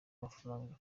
amafaranga